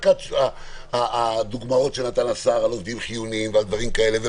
רק הדוגמאות שנתן השר לגבי עובדים חיוניים ודברים כאלה,